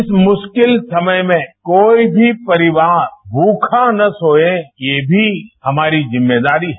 इस मुश्किल समय में कोई मी परिवार मूखा न सोए हमारी जिम्मेदारी है